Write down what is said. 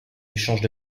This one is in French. échanges